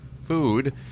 food